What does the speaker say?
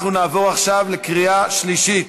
אנחנו נעבור עכשיו לקריאה שלישית.